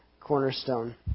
cornerstone